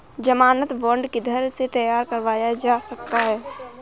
ज़मानत बॉन्ड किधर से तैयार करवाया जा सकता है?